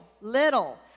little